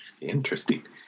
Interesting